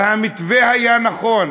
והמתווה היה נוח,